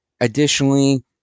additionally